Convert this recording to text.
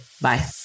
Bye